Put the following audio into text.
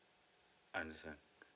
understand